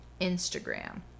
Instagram